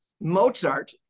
Mozart